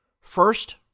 First